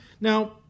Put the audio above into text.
Now